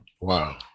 Wow